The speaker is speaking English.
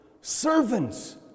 Servants